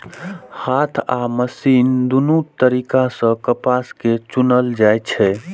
हाथ आ मशीन दुनू तरीका सं कपास कें चुनल जाइ छै